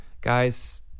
Guys